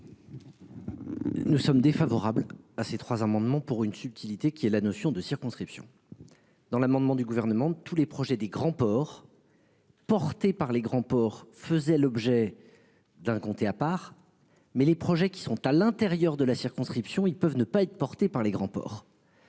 Nous sommes défavorables à ces trois amendements pour une subtilité qui est la notion de circonscriptions. Dans l'amendement du gouvernement. Tous les projets des grands ports. Porté par les grands ports faisait l'objet. D'un comté à part mais les projets qui sont à l'intérieur de la circonscription, ils peuvent ne pas être porté par les grands ports.